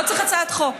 לא צריך הצעת חוק.